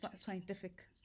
scientific